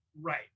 right